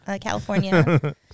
California